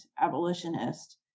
abolitionist